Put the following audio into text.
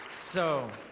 so